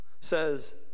says